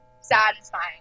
satisfying